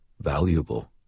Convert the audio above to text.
valuable